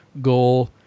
goal